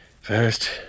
First